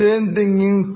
design thinking